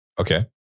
Okay